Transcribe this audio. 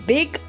Big